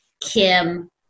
Kim